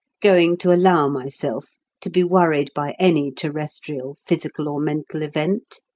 going to allow myself to be worried by any terrestrial physical or mental event?